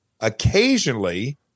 Occasionally